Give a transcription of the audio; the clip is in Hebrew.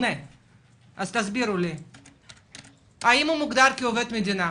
האם הוא מוגדר כעובד מדינה?